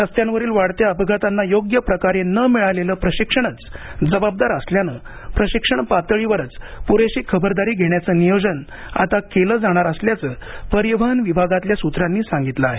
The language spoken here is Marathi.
रस्त्यांवरील वाढत्या अपघातांना योग्य प्रकारे न मिळालेलं प्रशिक्षणच जबाबदार असल्यानं प्रशिक्षण पातळीवरच पुरेशी खबरदारी घेण्याचं नियोजन आता केलं जाणार असल्याचं परिवहन विभागातल्या सूत्रांनी सांगितलं आहे